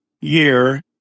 year